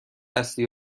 دستی